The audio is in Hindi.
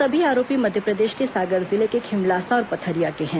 सभी आरोपी मध्यप्रदेश के सागर जिले के खिमलासा और पथरिया के है